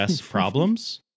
problems